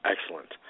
excellent